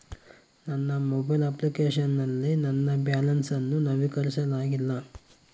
ನನ್ನ mobile application ನಲ್ಲಿ ನನ್ನ ಬ್ಯಾಲೆನ್ಸ್ ಅನ್ನು ನವೀಕರಿಸಲಾಗಿಲ್ಲ